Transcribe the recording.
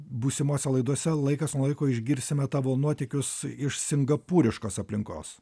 būsimose laidose laikas nuo laiko išgirsime tavo nuotykius iš singapūriškos aplinkos